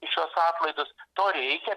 į šiuos atlaidus to reikia